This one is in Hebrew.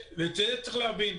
ואת זה צריך להבין.